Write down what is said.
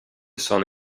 sono